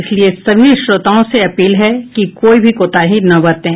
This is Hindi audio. इसलिए सभी श्रोताओं से अपील है कि कोई भी कोताही न बरतें